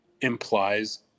implies